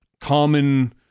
common